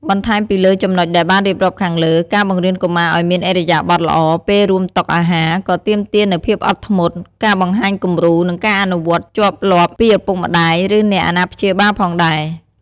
បន្ថែមពីលើចំណុចដែលបានរៀបរាប់ខាងលើ ការបង្រៀនកុមារឲ្យមានឥរិយាបថល្អពេលរួមតុអាហារ ក៏ទាមទារនូវភាពអត់ធ្មត់ ការបង្ហាញគំរូ និងការអនុវត្តជាប់លាប់ពីឪពុកម្តាយ ឬអ្នកអាណាព្យាបាលផងដែរ។